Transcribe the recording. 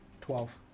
twelve